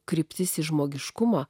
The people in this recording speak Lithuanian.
kryptis iš žmogiškumo